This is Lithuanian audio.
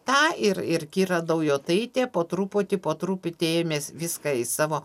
tą ir ir kira daujotaitė po truputį po truputį ėmės viską į savo